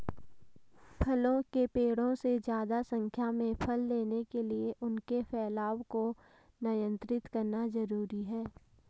फलों के पेड़ों से ज्यादा संख्या में फल लेने के लिए उनके फैलाव को नयन्त्रित करना जरुरी है